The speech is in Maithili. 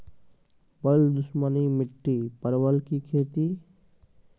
बल दुश्मनी मिट्टी परवल की खेती?